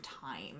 time